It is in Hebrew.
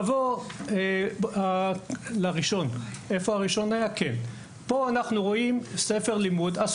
דוגמאות לדה לגיטימיזציה: א׳ - כאן אנחנו רואים ספר לימוד משנת 2020,